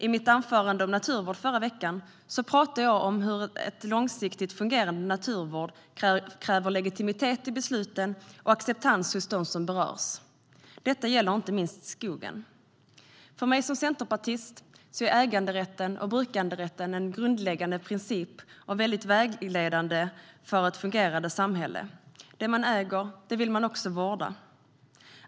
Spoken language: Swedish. I mitt anförande om naturvård förra veckan talade jag om hur en långsiktigt fungerande naturvård kräver legitimitet i besluten och acceptans hos dem som berörs. Detta gäller inte minst skogen. För mig som centerpartist är äganderätten och brukanderätten grundläggande principer och vägledande för ett fungerande samhälle. Det man äger vill man också vårda.